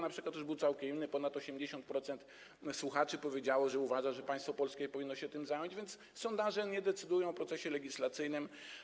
też był np. całkiem inny, ponad 80% słuchaczy powiedziało, że uważa, że państwo polskie powinno się tym zająć, więc sondaże nie decydują o procesie legislacyjnym.